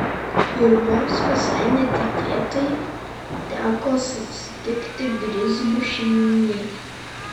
ir mums visai netikėtai teko susitikti grizlių šeimynėlę